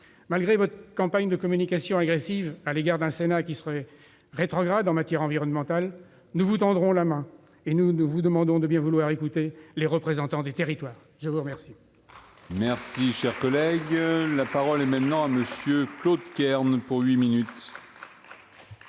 Malgré votre campagne de communication agressive à l'égard d'un Sénat qui serait rétrograde en matière environnementale, nous vous tendons la main et vous demandons de bien vouloir entendre les représentants des territoires. La parole